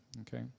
okay